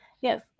Yes